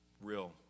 real